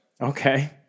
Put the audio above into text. okay